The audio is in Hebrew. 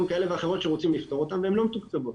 כאלה ואחרות שרוצים לפתור אותן והן לא מתוקצבות.